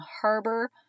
harbor